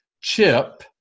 chip